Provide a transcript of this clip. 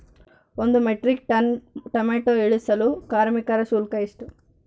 ಒಂದು metric ton tomato ಇಳಿಸಲು ಕಾರ್ಮಿಕರ ಶುಲ್ಕ ಎಷ್ಟು?